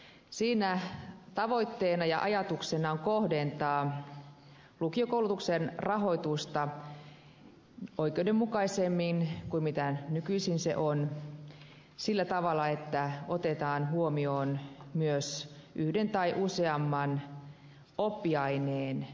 siinä tavoitteena ja ajatuksena on kohdentaa lukiokoulutuksen rahoitusta oikeudenmukaisemmin kuin mitä se nykyisin on sillä tavalla että otetaan huomioon myös yhden tai useamman oppiaineen suorittajat